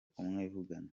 kumwivugana